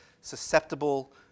susceptible